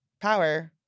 power